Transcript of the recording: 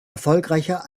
erfolgreicher